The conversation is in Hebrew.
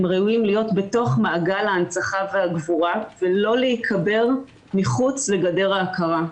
הם ראויים להיות בתוך מעגל ההנצחה והגבורה ולא להיקבר מחוץ לגדר ההכרה.